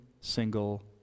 single